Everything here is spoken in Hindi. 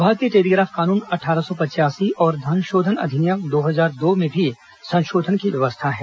भारतीय टेलीग्राफ कानून अट्ठारह सौ पचयासी और धनशोधन अधिनियम दो हजार दो में भी संशोधन की व्यवस्था है